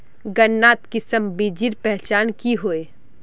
गन्नात किसम बिच्चिर पहचान की होय?